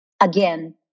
again